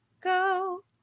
go